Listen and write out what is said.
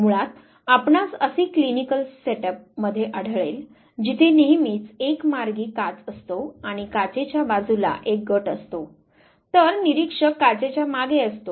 मुळात आपणास असे क्लिनिकल सेटअप मध्ये आढळेल जिथे नेहमीच एक मार्गी काच असतो आणि काचेच्या बाजूला एक गट असतो तर निरीक्षक काचेच्या मागे असतो